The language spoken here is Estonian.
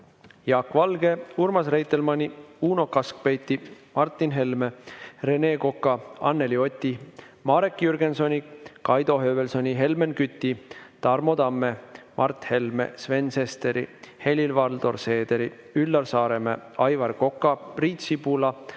Jaak Valge, Urmas Reitelmanni, Uno Kaskpeiti, Martin Helme, Rene Koka, Anneli Oti, Marek Jürgensoni, Kaido Höövelsoni, Helmen Küti, Tarmo Tamme, Mart Helme, Sven Sesteri, Helir-Valdor Seederi, Üllar Saaremäe, Aivar Koka, Priit Sibula,